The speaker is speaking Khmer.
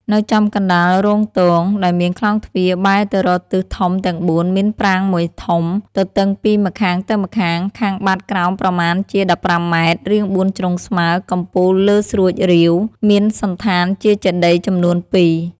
នៅចំកណ្ដាលរោងទង ដែលមានខ្លោងទ្វារបែរទៅរកទិសធំទាំងបួនមានប្រាង្គមួយធំ ទទឹងពីម្ខាងទៅម្ខាង ខាងបាតក្រោមប្រមាណជា ១៥ ម៉ែត្រ រាងបួនជ្រុងស្មើ កំពូលលើស្រួចរៀវ មានសណ្ឋានជាចេតិយចំនួនពីរ ។